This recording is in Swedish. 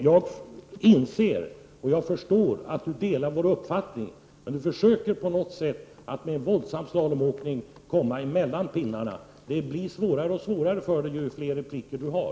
Jag inser och förstår att Bengt-Ola Ryttar delar vår uppfattning, men på något sätt försöker han att med en våldsam slalomåkning komma mellan portarna. Det blir desto svårare, ju fler inlägg han gör.